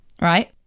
right